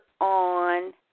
on